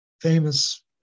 famous